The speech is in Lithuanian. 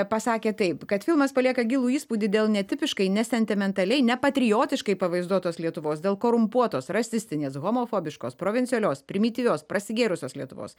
pasakė taip kad filmas palieka gilų įspūdį dėl netipiškai nesentimentaliai nepatriotiškai pavaizduotos lietuvos dėl korumpuotos rasistinės homofobiškos provincialios primityvios prasigėrusios lietuvos